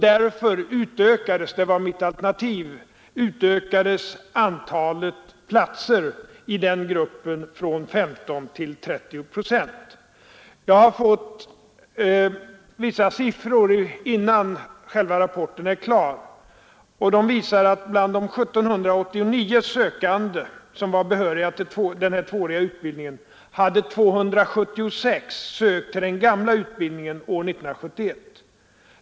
Mitt alternativ blev att utöka antalet platser i den gruppen från 15 till 30 procent. I avvaktan på antagningsnämndens rapport har jag fått vissa sifferuppgifter, och av dessa framgår att bland de 1 789 sökande som var behöriga till den tvååriga utbildningen hade 276 sökt till den gamla utbildningen år 1971.